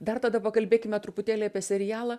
dar tada pakalbėkime truputėlį apie serialą